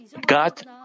God